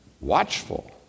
watchful